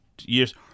years